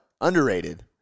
underrated